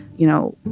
you know,